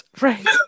right